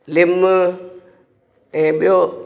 लिम ऐं ॿियो